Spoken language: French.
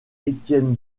étienne